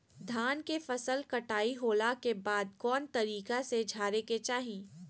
धान के फसल कटाई होला के बाद कौन तरीका से झारे के चाहि?